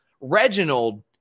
Reginald